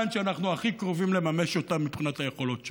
שאנחנו הכי קרובים לממש אותם מבחינת היכולות שלנו.